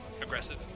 Aggressive